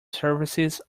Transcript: services